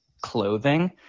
clothing